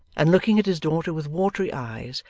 and looking at his daughter with watery eyes,